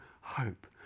hope